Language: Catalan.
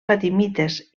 fatimites